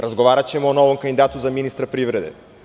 Razgovaraćemo o novom kandidatu za ministra privrede.